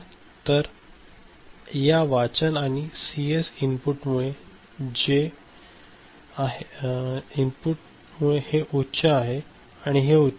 आणि या वाचन आणि सीएस इनपुटमुळे हे उच्च आहे आणि हे उच्च आहे